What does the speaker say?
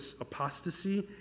apostasy